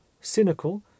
cynical